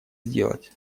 сделать